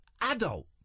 adult